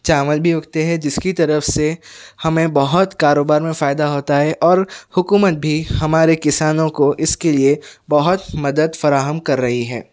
چاول بھی اگتے ہیں جس کی طرف سے ہمیں بہت کاروبار میں فائدہ ہوتا ہے اور حکومت بھی ہمارے کسانوں کو اس کے لئے بہت مدد فراہم کر رہی ہے